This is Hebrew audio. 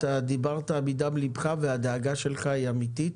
אתה דיברת מדם לבך, והדאגה שלך אמיתית.